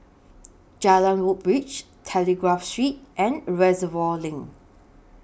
Jalan Woodbridge Telegraph Street and Reservoir LINK